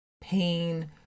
pain